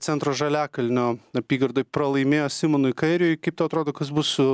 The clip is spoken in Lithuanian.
centro žaliakalnio apygardoj pralaimėjo simonui kairiui kaip tau atrodo kas bus su